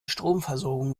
stromversorgung